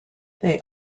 they